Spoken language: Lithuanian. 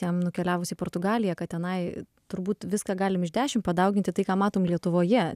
jam nukeliavus į portugaliją kad tenai turbūt viską galim iš dešim padauginti tai ką matom lietuvoje